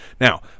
now